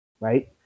right